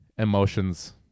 Emotions